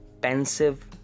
Pensive